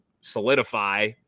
solidify